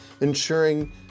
ensuring